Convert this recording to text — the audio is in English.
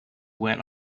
went